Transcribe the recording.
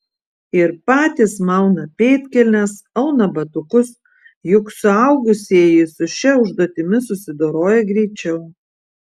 ir patys mauna pėdkelnes auna batukus juk suaugusieji su šia užduotimi susidoroja greičiau